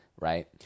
right